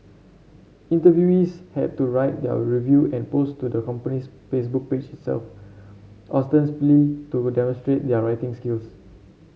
interviewees had to write their review and post to the company's Facebook page itself ostensibly to demonstrate their writing skills